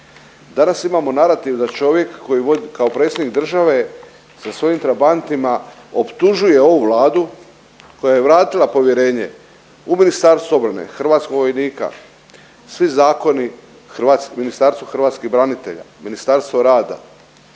Danas imamo narativ da čovjek koji kao predsjednik države sa svojim trabantima optužuje ovu Vladu koja je vratila povjerenje u Ministarstvo obrane, hrvatskog vojnika, svi zakoni Ministarstvo hrvatskih branitelja, Ministarstvo rada,